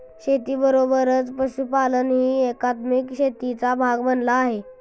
शेतीबरोबरच पशुपालनही एकात्मिक शेतीचा भाग बनला आहे